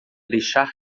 deixar